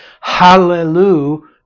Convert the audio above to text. Hallelujah